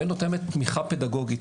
ונותנת תמיכה פדגוגית.